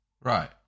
Right